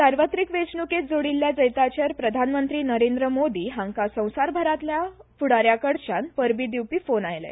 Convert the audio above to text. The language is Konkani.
सार्वत्रिक वैचणूकेत जोडिल्ल्या जैताचेर प्रधानमंत्री नरेंद्र मोदी हांका संवसारभरातल्या फुडा याकडच्यान परबी दिवपी फोन आयले